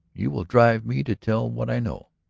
you will drive me to tell what i know.